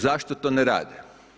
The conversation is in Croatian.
Zašto to ne rade?